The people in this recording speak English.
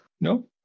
No